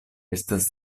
estas